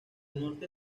norte